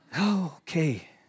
Okay